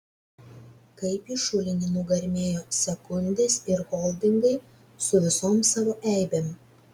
kaip į šulinį nugarmėjo sekundės ir holdingai su visom savo eibėm